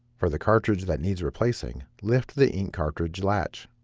for the cartridge that needs replacing, lift the ink cartridge latch.